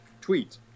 tweet